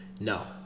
No